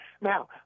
Now